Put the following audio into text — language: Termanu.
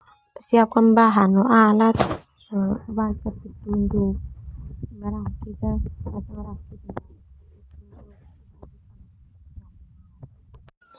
Siapkan bahan no alat basa sona racik.